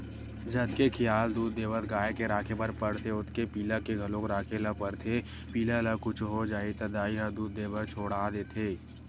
जतके खियाल दूद देवत गाय के राखे बर परथे ओतके पिला के घलोक राखे ल परथे पिला ल कुछु हो जाही त दाई ह दूद देबर छोड़ा देथे